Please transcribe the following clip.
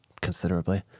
considerably